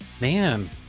Man